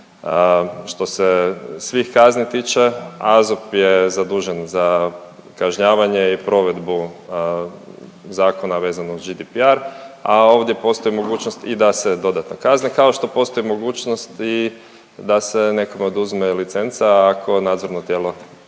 Što se svih kazni tiče, AZUP je zadužen za kažnjavanje i provedbu zakona vezano uz GDPR, a ovdje postoji mogućnost da se i dodatno kazni kao što postoji mogućnost i da se nekome oduzme licenca ako nadzorno tijelo to